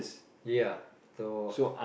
ya so